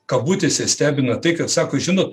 kabutėse stebina tai kad sako žinot